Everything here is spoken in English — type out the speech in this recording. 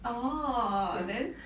orh then